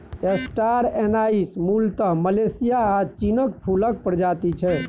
star anise मुलतः Malaysia आ चीनक फुलक प्रजाति छै